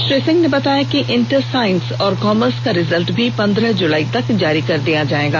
श्री सिंह ने बताया कि इंटर सांइस और कॉमर्स का रिजल्ट भी पन्द्रह जुलाई तक जारी कर दिया जाएगा